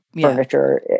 furniture